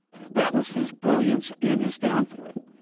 that was his brilliance and his downfall.